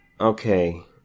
Okay